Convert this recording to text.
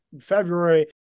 February